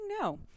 no